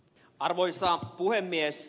arvoisa puhemies